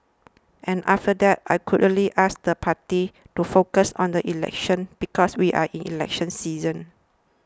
and after that I could really ask the party to focus on the election because we are in election season